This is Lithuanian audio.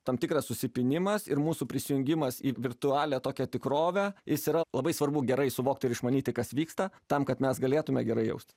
tam tikras susipynimas ir mūsų prisijungimas į virtualią tokią tikrovę jis yra labai svarbu gerai suvokti ir išmanyti kas vyksta tam kad mes galėtumėme gerai jaust